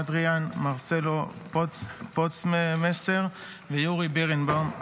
אדריאן מרסלו פודסמסר ויורי בירנבאום,